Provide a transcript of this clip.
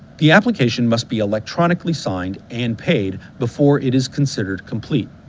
the application must be electronically signed and paid before it is considered complete.